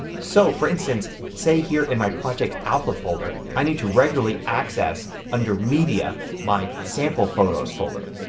so, for instance, say here in my project alpha folder i need to regularly access under media my sample photos folder.